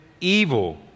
evil